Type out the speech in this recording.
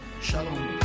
Shalom